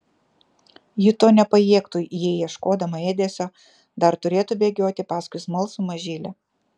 ji to nepajėgtų jei ieškodama ėdesio dar turėtų bėgioti paskui smalsų mažylį